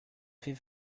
fait